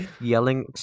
yelling